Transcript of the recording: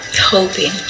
hoping